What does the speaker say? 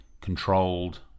controlled